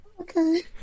Okay